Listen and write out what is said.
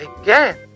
again